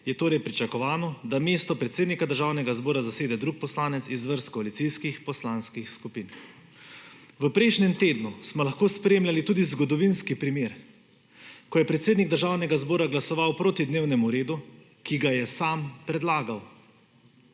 je torej pričakovano, da mesto predsednika Državnega zbora zasede drug poslanec iz vrst koalicijskih poslanskih skupin. V prejšnjem tednu smo lahko spremljali tudi zgodovinski primer, ko je predsednik Državnega zbora glasoval proti dnevnemu redu, ki ga je sam predlagal.